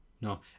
No